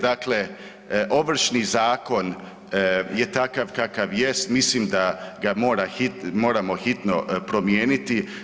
Dakle, Ovršni zakon je takav kakav jest, mislim da ga moramo hitno promijeniti.